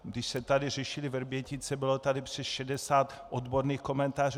Když se tady řešily Vrbětice, bylo tady přes 60 odborných komentářů.